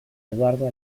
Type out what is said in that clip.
eduardo